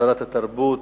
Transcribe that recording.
שרת התרבות,